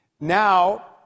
Now